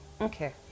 okay